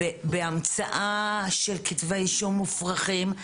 בהמצאה של כתבי אישום מופרכים,